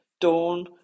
Dawn